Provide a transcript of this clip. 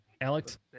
alex